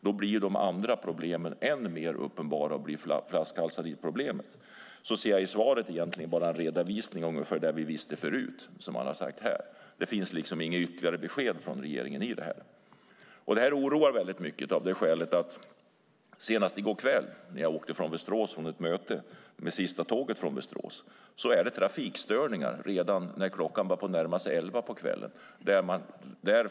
Då blir de andra problemen än mer uppenbara. Det blir flaskhalsar. Jag ser i svaret egentligen bara en redovisning av ungefär det vi visste förut, det som man har sagt här. Det finns liksom inget ytterligare besked från regeringen. Det här oroar mycket av det skälet att det senast i går när jag åkte med sista tåget från Västerås, där jag var på ett möte, var trafikstörningar redan när klockan började närma sig elva på kvällen.